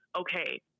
okay